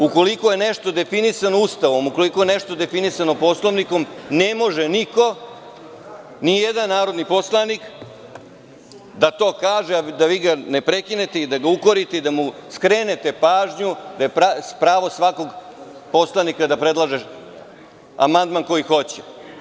Ukoliko je nešto definisano Ustavom, ukoliko je nešto definisano Poslovnikom, ne može nijedan narodni poslanik da to kaže a da ga ne prekinete, da ga ne ukorite i da mu skrenete pažnju da je pravo svakog poslanika da predlaže amandman koji hoće.